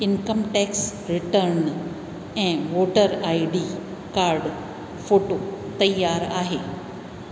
income tax return ऐं voter I D card photo तयार आहे